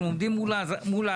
אנחנו עומדים מול העצמאים,